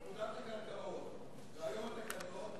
פקודת הקרקעות והיום התקנות,